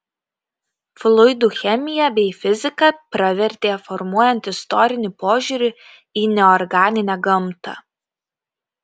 fluidų chemija bei fizika pravertė formuojant istorinį požiūrį į neorganinę gamtą